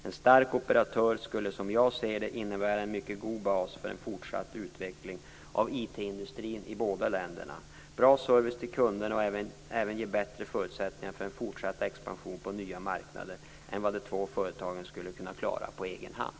En stark operatör skulle, som jag ser det, innebära en mycket god bas för en fortsatt utveckling av IT-industrin i båda länderna, bra service till kunderna och även ge bättre förutsättningar för en fortsatt expansion på nya marknader än vad de två företagen skulle kunna klara på egen hand.